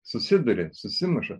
susiduria susimuša